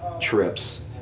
trips